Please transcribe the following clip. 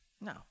No